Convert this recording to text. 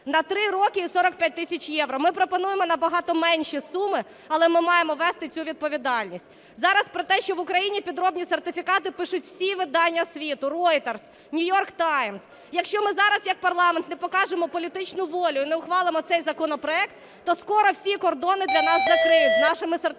На 3 роки і 45 тисяч євро. Ми пропонуємо набагато менші суми, але ми маємо вести цю відповідальність. Зараз про те, що в Україні підробні сертифікати, пишуть всі видання світу: Reuters, The New York Times. Якщо ми зараз як парламент не покажемо політичну волю і не ухвалимо цей законопроект, то скоро всі кордони для нас закриють з нашими сертифікатами